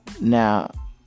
Now